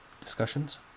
discussions